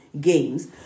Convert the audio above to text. games